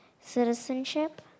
citizenship